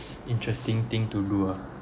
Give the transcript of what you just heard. interesting thing to do ah